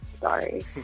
Sorry